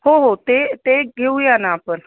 हो हो ते ते घेऊ या ना आपण